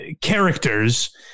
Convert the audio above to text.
characters